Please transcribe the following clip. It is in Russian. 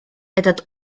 этот